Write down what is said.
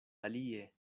alie